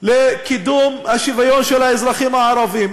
לקידום השוויון של האזרחים הערבים,